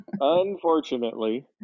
Unfortunately